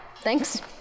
Thanks